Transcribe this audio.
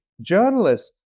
journalists